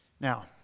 now